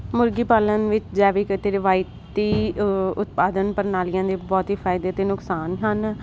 ਮੁਰਗੀ ਪਾਲਣ ਵਿੱਚ ਜੈਵਿਕ ਰਵਾਇਤੀ ਉਤਪਾਦਨ ਪ੍ਰਣਾਲੀਆਂ ਦੇ ਬਹੁਤ ਹੀ ਫਾਇਦੇ ਤੇ ਨੁਕਸਾਨ ਹਨ